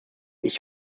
ich